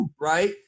Right